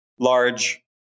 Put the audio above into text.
large